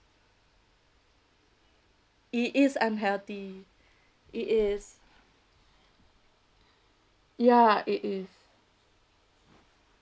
it is unhealthy it is ya it is